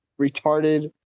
retarded